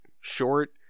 short